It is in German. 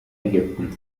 ägypten